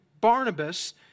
Barnabas